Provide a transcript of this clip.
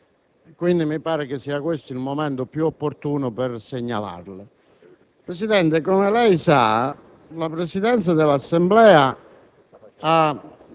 e questo mi pare pertanto il momento più opportuno per segnalarle. Presidente, come lei sa, la Presidenza dell'Assemblea